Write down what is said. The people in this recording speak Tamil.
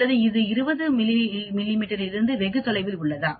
அல்லது இது 20 இலிருந்து வெகு தொலைவில் உள்ளதா